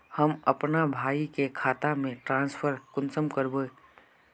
हम अपना भाई के खाता में ट्रांसफर कुंसम कारबे?